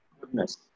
goodness